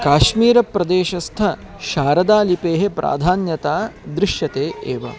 काश्मीरप्रदेशस्थ शारदालिपेः प्राधान्यता दृश्यते एव